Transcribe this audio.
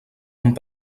amb